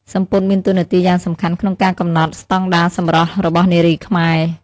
សំពត់មានតួនាទីយ៉ាងសំខាន់ក្នុងការកំណត់ស្តង់ដារសម្រស់របស់នារីខ្មែរ។